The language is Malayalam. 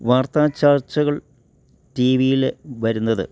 വാർത്താ ചർച്ചകൾ ടീ വീൽ വരുന്നത്